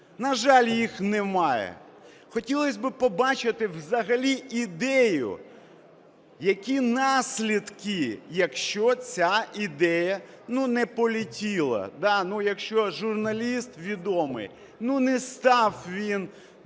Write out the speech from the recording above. На жаль, їх немає. Хотілось би побачити взагалі ідею, які наслідки, якщо ця ідея, ну, не полетіла, якщо журналіст відомий, ну, не став він